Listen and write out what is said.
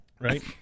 right